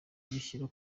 kubishyira